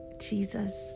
Jesus